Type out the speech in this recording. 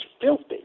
filthy